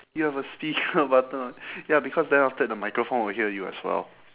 you have a speaker button ya because then after that the microphone will hear you as well